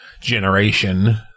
generation